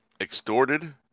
extorted